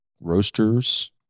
roasters